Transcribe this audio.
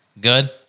Good